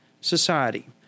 society